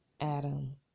Adam